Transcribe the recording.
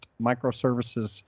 microservices